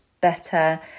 better